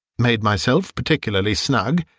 made myself particularly snug,